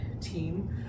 team